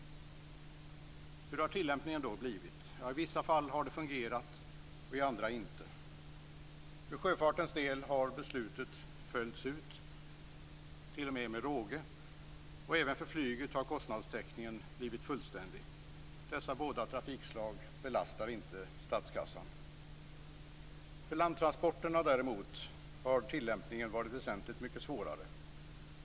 Hur har tillämpningen då blivit? I vissa fall har det fungerat, och i andra inte. För sjöfartens del har beslutet följts helt - t.o.m. med råge - och även för flyget har kostnadstäckningen blivit fullständig. Dessa båda trafikslag belastar inte statskassan. För landtransporterna däremot har tillämpningen varit väsentligt mycket svårare.